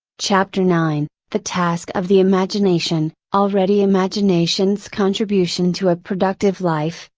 chapter nine the task of the imagination already imagination's contribution to a productive life,